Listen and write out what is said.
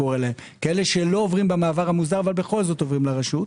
כאלה שלא עוברים במעבר המוסדר אבל בכל זאת עוברים ברשות,